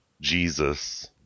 jesus